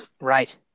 Right